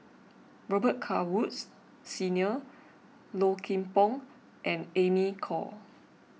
Robet Carr Woods Senior Low Kim Pong and Amy Khor